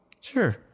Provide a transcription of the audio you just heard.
Sure